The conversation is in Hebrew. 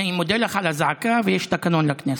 אני מודה לך על הזעקה, אבל יש תקנון לכנסת.